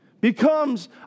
becomes